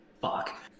fuck